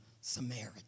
Samaritan